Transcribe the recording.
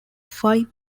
five